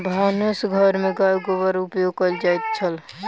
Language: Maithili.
भानस घर में गाय गोबरक उपयोग कएल जाइत छल